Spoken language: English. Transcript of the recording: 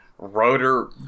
Rotor